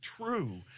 true